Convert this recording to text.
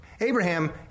Abraham